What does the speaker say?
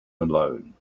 alone